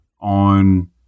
on